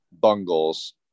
Bungles